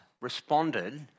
responded